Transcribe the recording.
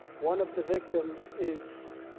one of the victims is